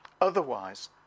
otherwise